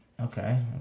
Okay